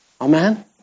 Amen